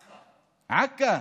עכא.